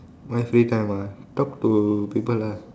my free time ah talk to people lah